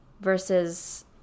versus